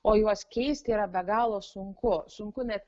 o juos keisti yra be galo sunku sunku net